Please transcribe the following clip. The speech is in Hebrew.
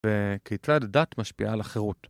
וכיצד דת משפיעה על החירות?